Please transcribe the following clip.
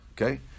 Okay